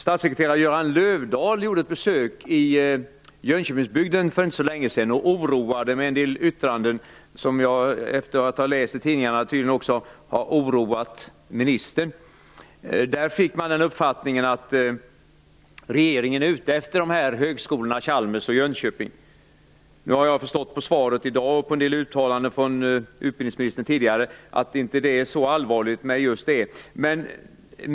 Statssekreterare Göran Löfdahl gjorde ett besök i Jönköpingsbygden för inte så länge sedan och oroade med en del yttranden som efter vad jag har läst i tidningarna tydligen också har oroat ministern. Där fick man den uppfattningen att regeringen är ute efter högskolorna Chalmers och Högskolan i Jönköping. Nu har jag förstått av svaret i dag och av en del tidigare uttalanden från utbildningsministern att det inte är så allvarligt med just detta.